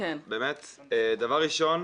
דבר ראשון,